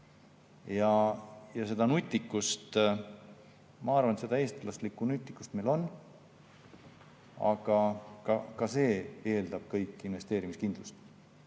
Seda nutikust, ma arvan, seda eestlaslikku nutikust meil on, aga see kõik eeldab investeerimiskindlust.